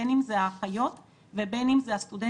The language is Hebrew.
בין אם זה האחיות ובין אם זה הסטודנטים